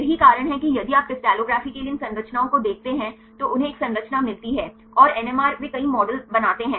यही कारण है कि यदि आप क्रिस्टलोग्राफी के लिए इन संरचनाओं को देखते हैं तो उन्हें एक संरचना मिलती है और एनएमआर वे कई मॉडल बनाते हैं